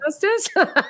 justice